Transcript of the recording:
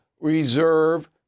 reserve